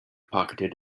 pocketed